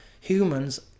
humans